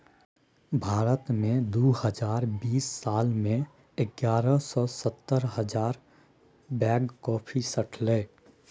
भारत मे दु हजार बीस साल मे एगारह सय सत्तर हजार बैग कॉफी सठलै